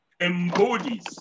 embodies